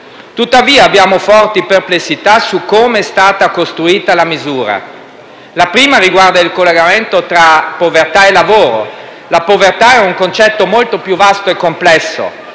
Tuttavia, abbiamo forti perplessità sul come è stata costruita la misura. La prima riguarda il collegamento tra povertà e lavoro. La povertà è un concetto molto più vasto e complesso.